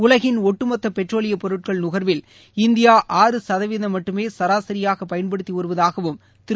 உலகின் ஒட்டுமொத்த பெட்ரோலிய பொருட்கள் நுன்வில் இந்தியா ஆறு சதவீதம் மட்டுமே சராசரியாக பயன்படுத்தி வருவதாகவும் திரு